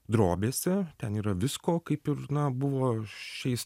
drobėse ten yra visko kaip ir na buvo šiais